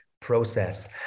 process